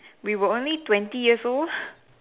we were only twenty years old